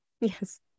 Yes